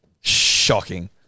Shocking